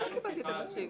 לא, ניהלנו שיחה על זה.